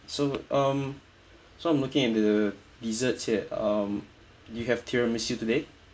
so um so I'm looking at the desert here um do you have tiramisu today